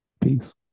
Peace